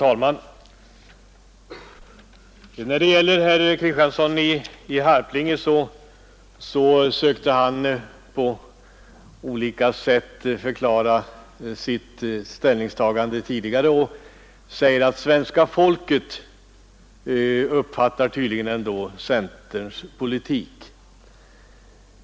Herr talman! Herr Kristiansson i Harplinge försökte på olika sätt förklara sina tidigare påståenden och sade att svenska folket uppfattar tydligen vad som är centerns politik.